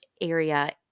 area